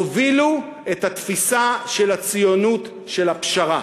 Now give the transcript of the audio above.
הובילו את התפיסה של הציונות של הפשרה.